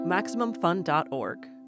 MaximumFun.org